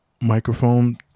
microphone